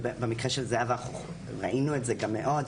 ובמקרה של זהבה אנחנו גם ראינו את זה מאוד,